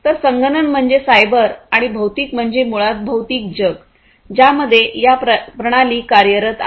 तर संगणन म्हणजे सायबर आणि भौतिक म्हणजे मुळात भौतिक जग ज्यामध्ये या प्रणाली कार्यरत आहेत